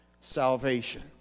salvation